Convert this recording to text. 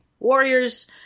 Warriors